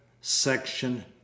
section